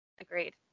Agreed